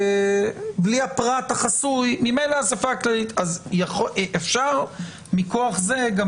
כי בלי הפרט החסוי ממילא האסיפה הכללית אז אפשר מכוח זה גם